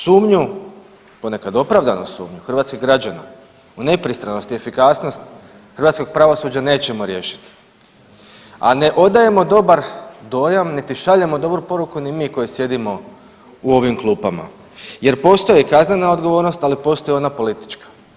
Sumnju, ponekad opravdanu sumnju hrvatskih građana u nepristranost i efikasnost hrvatskog pravosuđa nećemo riješiti, a ne odajemo dobar dojam niti šaljemo dobru poruku ni mi koji sjedimo u ovim klupama jer postoji kaznena odgovornost, ali postoji i ona politička.